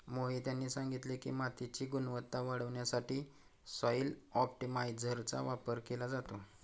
मोहित यांनी सांगितले की, मातीची गुणवत्ता वाढवण्यासाठी सॉइल ऑप्टिमायझरचा वापर केला जातो